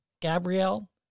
Gabrielle